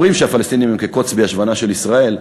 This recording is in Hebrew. אומרים שהפלסטינים הם כקוץ בישבנה של ישראל,